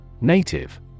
Native